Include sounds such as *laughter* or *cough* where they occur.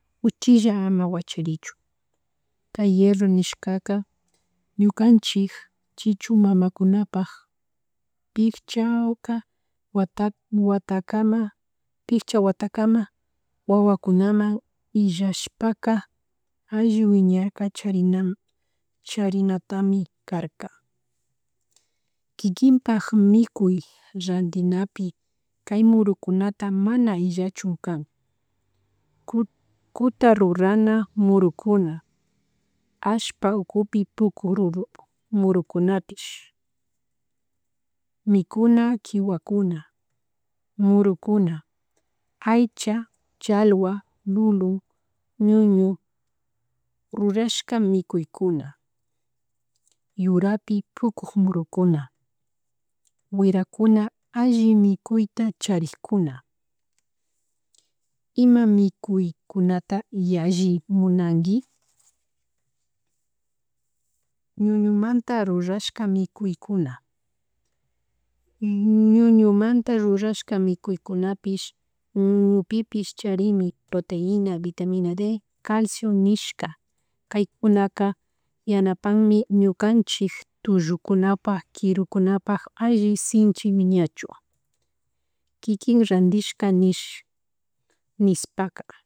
uchilla ama wacharichun kay hierro nishkaka ñukanchik chichu mamakunapak pikcha awka wata watakama pishka watakama wawakunaman illashpaka alli wiñarka charinan charinatami karka, kikinpak mikuy rantinapi kay murukunata mana illachun kan ku kuta rurakuna murukuna ashpa ukupi puku ruru muru kunapish mikuna kiwakuna, murukuna, aycha, chalwa, lulun, ñuñu, rrurashka mikuykyuna, yurapi pukuk murukuna, wirakuna alli mikuyta charikkuna, ima mikuykukunata yalli munaki, ñuñumanta rurashka mikuykuna, *hesitation* ñuñumanta rurashka mikuykunapish ñuñupipish charinmi proteina, vitamina d, calcio nishka, kaykunaka yanapanmi, ñukanchik tullukunapak kirukunapak alli sinchi wiñachun, kikin randishka nish nispaka.